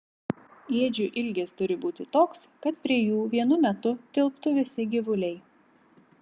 ėdžių ilgis turi būti toks kad prie jų vienu metu tilptų visi gyvuliai